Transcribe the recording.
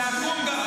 עקום?